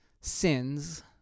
sins